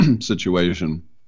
situation